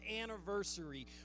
anniversary